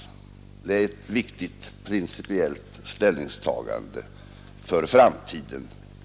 Detta är ett viktigt principiellt ställningstagande för framtiden.